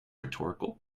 rhetorical